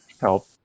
help